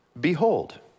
behold